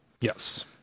Yes